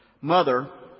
mother